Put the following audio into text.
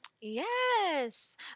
Yes